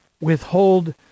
withhold